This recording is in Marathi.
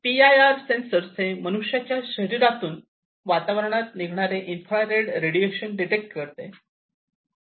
पी आय आर सेन्सर्स हे मनुष्याच्या शरीरा तून वातावरणात निघणारे इन्फ्रारेड रेडिएशन डिटेक्ट करते